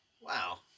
Wow